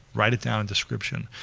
write it down, a description.